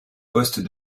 poste